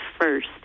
first